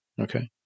Okay